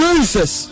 Jesus